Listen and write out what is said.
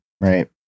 right